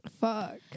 fuck